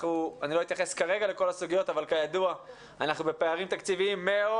אני לא אתייחס כרגע לכל הסוגיות אבל כידוע אנחנו בפערים תקציביים מאוד